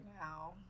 now